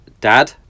dad